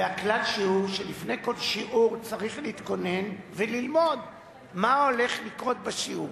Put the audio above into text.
והכלל הוא שלפני כל שיעור צריך להתכונן וללמוד מה הולך לקרות בשיעור.